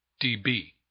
dB